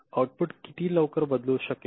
तर आउटपुट किती लवकर बदलू शकेल